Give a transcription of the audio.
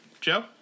Joe